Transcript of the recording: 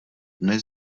dne